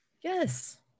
Yes